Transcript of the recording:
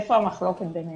איפה המחלוקת ביניהם?